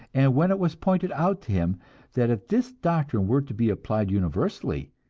and when it was pointed out to him that if this doctrine were to be applied universally,